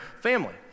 family